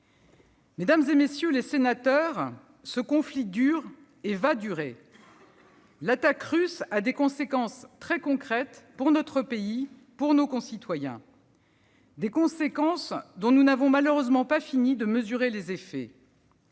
Mesdames, messieurs les sénateurs, ce conflit dure et va durer. L'attaque russe a des conséquences très concrètes pour notre pays, pour nos concitoyens. Des conséquences dont nous n'avons malheureusement pas fini de mesurer les effets.